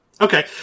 Okay